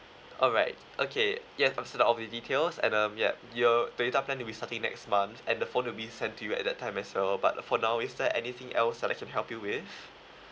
alright okay yea received all your details and um yup your the data plan will be starting next month and the phone will be sent to you at that time as well but for now is there anything else that I can help you with